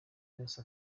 yose